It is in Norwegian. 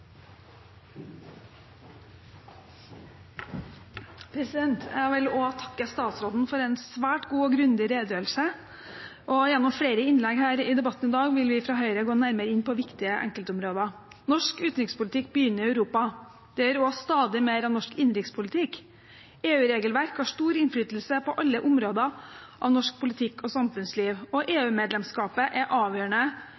Jeg vil også takke statsråden for en svært god og grundig redegjørelse. Gjennom flere innlegg her i debatten i dag vil vi fra Høyre gå nærmere inn på viktige enkeltområder. Norsk utenrikspolitikk begynner i Europa. Det gjør også stadig mer av norsk innenrikspolitikk. EU-regelverk har stor innflytelse på alle områder av norsk politikk og samfunnsliv, og